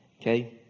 Okay